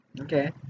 Okay